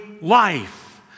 life